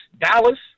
Dallas